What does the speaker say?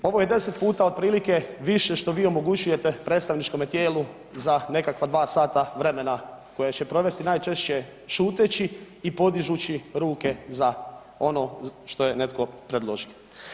Ovo je deset puta otprilike više što vi omogućujete predstavničkome tijelu za nekakva dva sata vremena koje će provesti najčešće šuteći i podižući ruke za ono što je netko predložio.